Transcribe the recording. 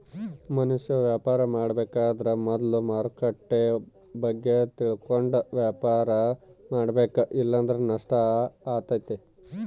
ಮನುಷ್ಯ ವ್ಯಾಪಾರ ಮಾಡಬೇಕಾದ್ರ ಮೊದ್ಲು ಮಾರುಕಟ್ಟೆ ಬಗ್ಗೆ ತಿಳಕಂಡು ವ್ಯಾಪಾರ ಮಾಡಬೇಕ ಇಲ್ಲಂದ್ರ ನಷ್ಟ ಆತತೆ